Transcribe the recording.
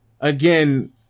again